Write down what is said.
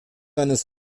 eines